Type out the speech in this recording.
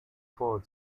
forward